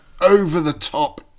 over-the-top